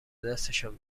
دستشان